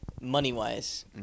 Money-wise